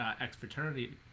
ex-fraternity